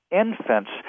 infants